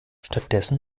stattdessen